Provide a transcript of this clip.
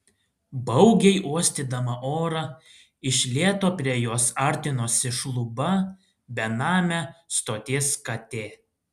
baugiai uostydama orą iš lėto prie jos artinosi šluba benamė stoties katė